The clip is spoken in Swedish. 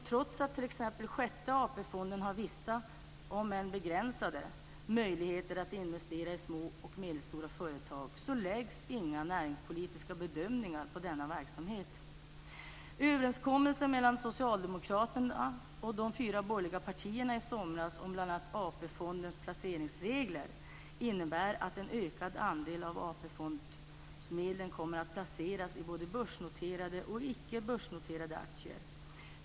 Trots att t.ex. sjätte AP-fonden har vissa, om än begränsade, möjligheter att investera i små och medelstora företag gör man inga näringspolitiska bedömningar när det gäller denna verksamhet. fondens placeringsregler innebär att en ökad andel av AP-fondsmedlen kommer att placeras i både börsnoterade och icke börsnoterade aktier.